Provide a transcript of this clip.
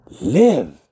live